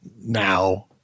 now